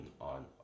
on